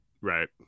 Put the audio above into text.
right